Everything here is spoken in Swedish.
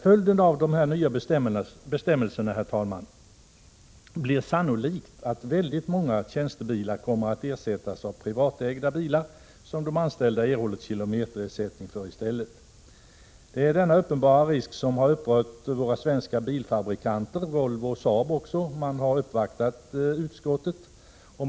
Följden av de nya bestämmelserna blir sannolikt att väldigt många tjänstebilar kommer att ersättas av privatägda bilar, som de anställda i stället erhåller kilometerersättning för. Denna uppenbara risk har upprört våra svenska bilfabrikanter, Volvo och Saab, som har uppvaktat utskottet.